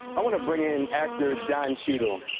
i wanna bring in actor don cheadle.